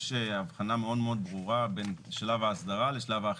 יש הבחנה מאוד מאוד ברורה בין שלב ההסדרה לשלב האכיפה.